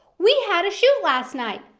we had a shoot last night.